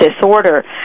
disorder